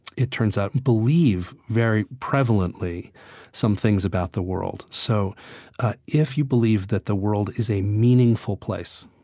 it turns out believe very prevalently some things about the world. so if you believe that the world is a meaningful place,